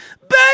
baby